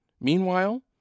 Meanwhile